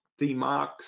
demarks